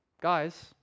guys